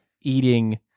eating